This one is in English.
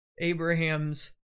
Abraham's